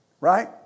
Right